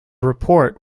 report